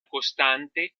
costante